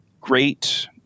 great